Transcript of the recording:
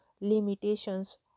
limitations